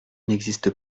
n’existe